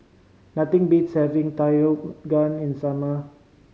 nothing beats having Takikomi Gohan in the summer